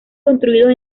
construidos